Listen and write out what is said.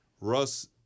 Russ